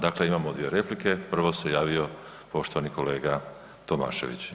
Dakle, imamo 2 replike, prvo se javio poštovani kolega Tomašević.